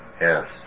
Yes